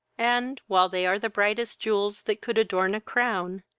and, while they are the brightest jewels that could adorn a crown,